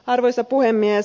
arvoisa puhemies